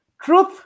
Truth